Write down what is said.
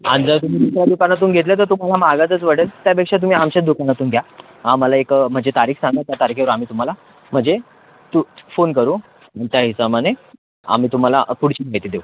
आणि जर तुम्ही दुसऱ्या दुकानातून घेतलं तर तुम्हाला महागातच पडेल त्यापेक्षा तुम्ही आमच्याच दुकानातून घ्या आम्हाला एक म्हणजे तारीख सांगा त्या तारखेवर आम्ही तुम्हाला म्हणजे तू फोन करू तुमच्या हिशोबाने आम्ही तुम्हाला पुढची माहिती देऊ